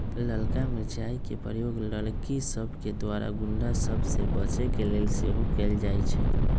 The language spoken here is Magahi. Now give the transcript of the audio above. ललका मिरचाइ के प्रयोग लड़कि सभके द्वारा गुण्डा सभ से बचे के लेल सेहो कएल जाइ छइ